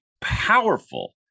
powerful